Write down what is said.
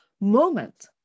moment